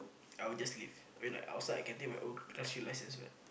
I'll just leave I mean like outside I can take my own class few license what